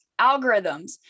Algorithms